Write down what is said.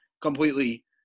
completely